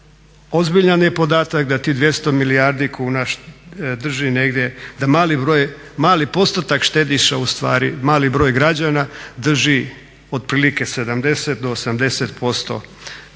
ozbiljan je podatak da tih 200 milijardi kuna da mali postotak štediša ustvari, mali broj građana drži otprilike 70 do 80% mase